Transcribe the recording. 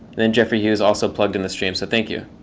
then jefferyhughes also plugged in the stream, so thank you.